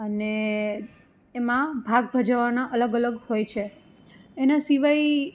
અને એમાં ભાગ ભજવાના અલગ અલગ હોય છે એના સિવાય